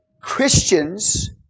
Christians